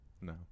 no